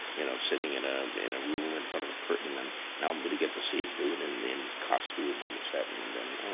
you know sitting in ah um in a room in front of a curtain and now i'm gonna get to see him do it in in costume on the set. and then,